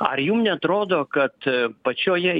ar jum neatrodo kad pačioje